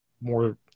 more